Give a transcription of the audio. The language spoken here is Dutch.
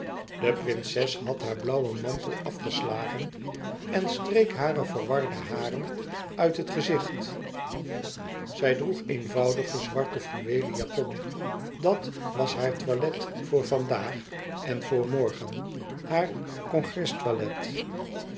de prinses had haar blauwen mantel afgeslagen en streek hare verwarde haren uit het gezicht zij droeg een eenvoudigen zwarten fluweelen japon dat was haar toilet voor vandaag en voor morgen haar